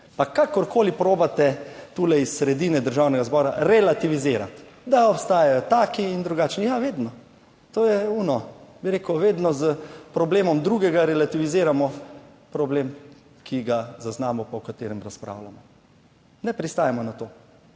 Pa kakorkoli poskušate tule iz sredine Državnega zbora relativizirati, da obstajajo taki in drugačni – ja, vedno. To je ono, bi rekel, vedno s problemom drugega relativiziramo problem, ki ga zaznamo pa o katerem razpravljamo. Ne pristajamo na to.